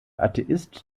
atheist